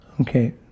Okay